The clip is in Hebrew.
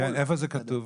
כן, איפה זה כתוב?